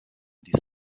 die